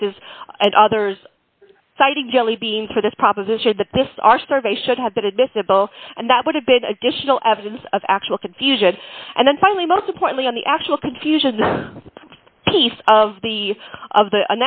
cases and others citing jellybeans for this proposition that this our survey should have been admissible and that would have been additional evidence of actual confusion and then finally most importantly on the actual confusion the piece of the of the